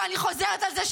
ואני חוזרת על זה,